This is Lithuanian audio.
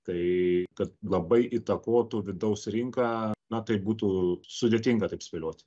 tai kad labai įtakotų vidaus rinką na tai būtų sudėtinga taip spėliot